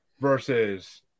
versus